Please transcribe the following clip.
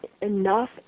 enough